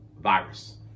Virus